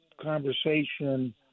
conversation